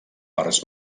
pels